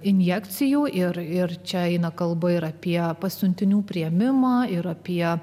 injekcijų ir ir čia eina kalba ir apie pasiuntinių priėmimą ir apie